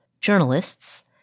journalists